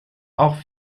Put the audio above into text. auch